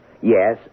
Yes